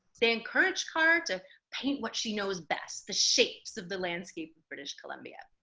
they encouraged carr to paint what she knows best the shapes of the landscape of british columbia.